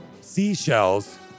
seashells